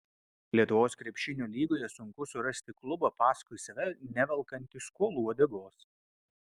lietuvos krepšinio lygoje sunku surasti klubą paskui save nevelkantį skolų uodegos